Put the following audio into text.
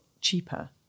cheaper